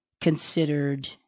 considered